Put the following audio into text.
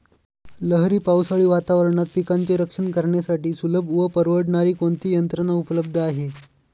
लहरी पावसाळी वातावरणात पिकांचे रक्षण करण्यासाठी सुलभ व परवडणारी कोणती यंत्रणा उपलब्ध आहे?